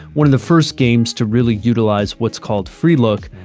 one of the first games to really utilize what's called freelook,